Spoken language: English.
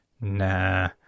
nah